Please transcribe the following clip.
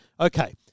okay